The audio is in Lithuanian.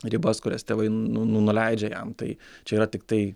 ribas kurias tėvai nu nuleidžia jam tai čia yra tiktai